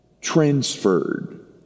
transferred